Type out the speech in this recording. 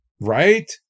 Right